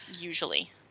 usually